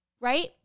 right